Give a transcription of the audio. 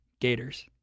Gators